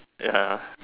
ya